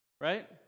Right